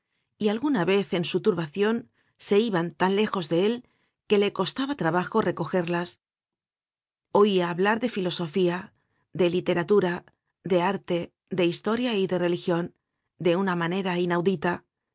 y alguna vez en su turbacion se iban tan lejos de él que le costaba trabajo recogerlas oia hablar de filosofía de literatura de arte de historia y de religion de una manera inaudita